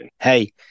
Hey